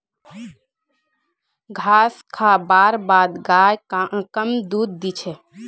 घास खा बार बाद गाय कम दूध दी छे